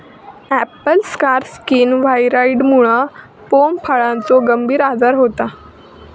Apple scar skin व्हायरॉइडमुळा pome फळाचो गंभीर आजार होता